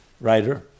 writer